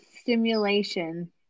stimulation